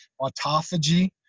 autophagy